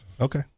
Okay